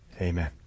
Amen